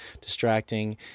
distracting